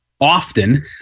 often